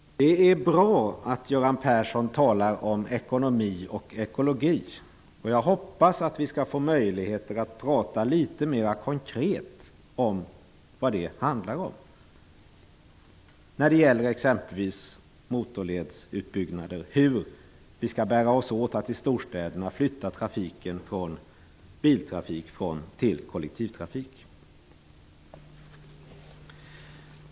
Det är bra att Göran Persson talar om ekonomi och ekologi. Jag hoppas att vi skall få möjligheter att prata litet mer konkret om vad detta handlar om när det gäller exempelvis motorledsutbyggnader, och hur vi skall bära oss åt för att i storstäderna ändra trafiken från biltrafik till kollektivtrafik.